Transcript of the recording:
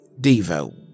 Devo